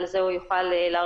על זה הוא יוכל להרחיב.